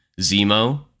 Zemo